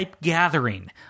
gathering